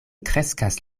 kreskas